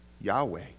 Yahweh